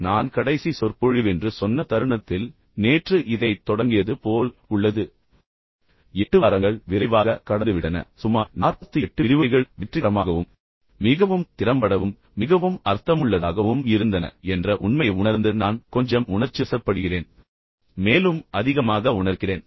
எனவே நான் கடைசி சொற்பொழிவு என்று சொன்ன தருணத்தில் நேற்று இதைத் தொடங்கியது போல் உள்ளது பின்னர் 8 வாரங்கள் இவ்வளவு விரைவாக கடந்துவிட்டன பின்னர் சுமார் 48 விரிவுரைகள் மிகவும் வெற்றிகரமாகவும் மிகவும் திறம்படவும் மிகவும் அர்த்தமுள்ளதாகவும் இருந்தன என்ற உண்மையை உணர்ந்து நான் கொஞ்சம் உணர்ச்சிவசப்படுகிறேன் மேலும் அதிகமாக உணர்கிறேன்